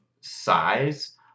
size